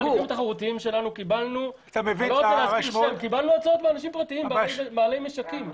בהליכים תחרותיים קיבלנו הצעות מאנשים פרטיים בעלי משקים.